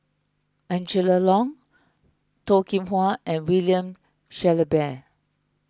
Angela Liong Toh Kim Hwa and William Shellabear